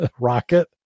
rocket